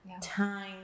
time